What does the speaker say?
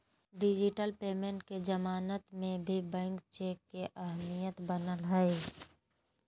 digital payment के जमाना में भी बैंक चेक के अहमियत बनल हइ